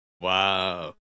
Wow